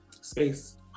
Space